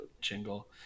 Jingle